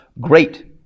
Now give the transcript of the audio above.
great